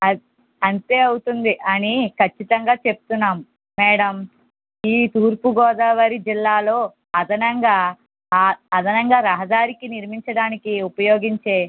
అం అంతే అవుతుంది అని ఖచ్చితంగా చెప్తున్నాం మేడం ఈ తూర్పుగోదావరి జిల్లాలో అదనంగా ఆ అదనంగా రహదారికి నిర్మించడానికి ఉపయోగించే